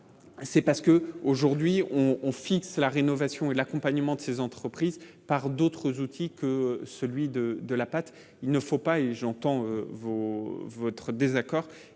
c'est parce que aujourd'hui on on fixe la rénovation et l'accompagnement de ces entreprises par d'autres outils que celui de de la pâte, il ne faut pas et j'entends vos votre désaccord,